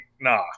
nah